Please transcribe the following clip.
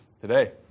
Today